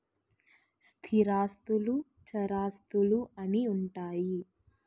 స్థిరాస్తులు చరాస్తులు అని ఉంటాయి